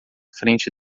frente